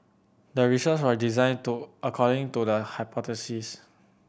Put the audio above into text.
the research was designed to according to the hypothesis